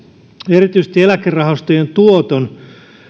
erityisesti eläkerahastojen tuoton